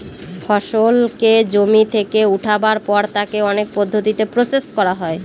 ফসলকে জমি থেকে উঠাবার পর তাকে অনেক পদ্ধতিতে প্রসেস করা হয়